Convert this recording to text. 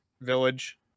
Village